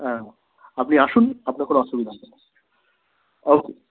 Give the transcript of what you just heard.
হ্যাঁ আপনি আসুন আপনার কোনো অসুবিধা নেই ও কে